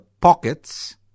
pockets